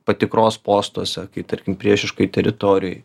patikros postuose kai tarkim priešiškoj teritorijoj